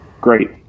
Great